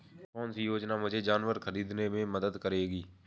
कौन सी योजना मुझे जानवर ख़रीदने में मदद करेगी?